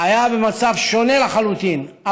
היה במצב שונה לחלוטין,